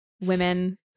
women